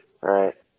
Right